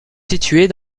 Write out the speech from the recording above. située